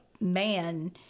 man